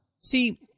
See